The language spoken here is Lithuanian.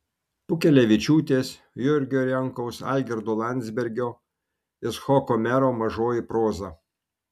pukelevičiūtės jurgio jankaus algirdo landsbergio icchoko mero mažoji proza